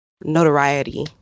notoriety